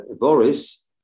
Boris